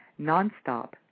nonstop